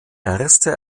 erste